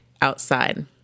outside